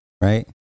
right